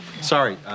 Sorry